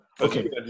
okay